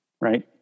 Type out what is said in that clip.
right